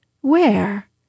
Where